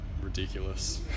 Ridiculous